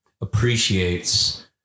appreciates